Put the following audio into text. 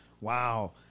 Wow